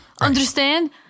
understand